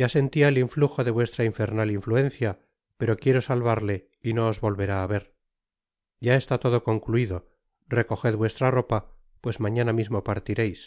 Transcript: ya sentia el inftujo de vuestra infernal inftuencia pero quiero salvarle no os volverá á ver ya está todo concluido recoged vuestra ropa pues mañana mismo partireis